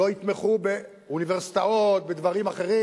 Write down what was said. לא יתמכו באוניברסיטאות, בדברים אחרים,